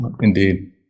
Indeed